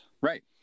Right